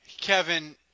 Kevin